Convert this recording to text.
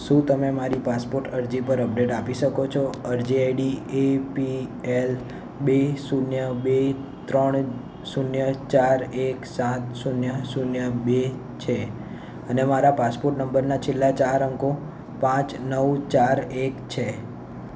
શું તમે મારી પાસપોટ અરજી પર અપડેટ આપી શકો છો અરજી આઈડી એ પી એલ બે શૂન્ય બે ત્રણ શૂન્ય ચાર એક સાત શૂન્ય શૂન્ય બે છે અને મારા પાસપોટ નંબરના છેલ્લા ચાર અંકો પાંચ નવ ચાર એક છે